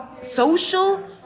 social